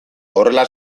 horrela